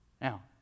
Now